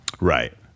Right